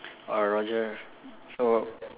oh roger so